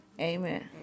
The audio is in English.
Amen